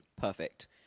Perfect